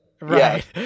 Right